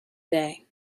day